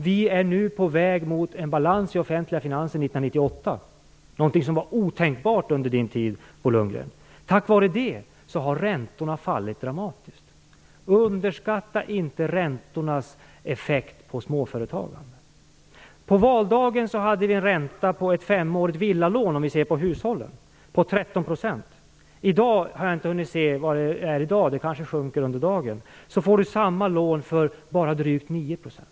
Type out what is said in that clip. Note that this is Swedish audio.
Vi är nu på väg mot balans i de offentliga finanserna 1998 - något som varit otänkbart under Bo Lundgrens tid. Tack vare detta har räntorna fallit dramatiskt. Underskatta inte räntornas effekt på småföretagandet! På valdagen hade vi, om vi ser på hushållen, en ränta på ett femårigt villalån som låg på 13 %. I dag får man, även om jag inte har hunnit se efter än - räntan kanske sjunker under dagen - samma lån för drygt 9 %.